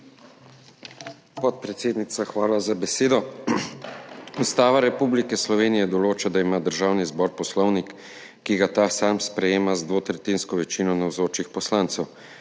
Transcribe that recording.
Podpredsednica, hvala za besedo. Ustava Republike Slovenije določa, da ima Državni zbor Poslovnik, ki ga sam sprejema z dvotretjinsko večino navzočih poslancev.